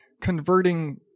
converting